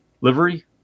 livery